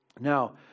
Now